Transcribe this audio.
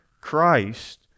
Christ